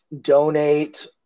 donate